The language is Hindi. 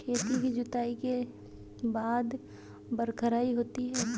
खेती की जुताई के बाद बख्राई होती हैं?